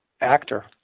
Actor